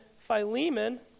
Philemon